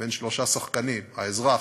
בין שלושה שחקנים: האזרח,